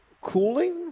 cooling